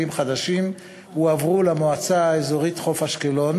חדשים הועברו למועצה האזורית חוף-אשקלון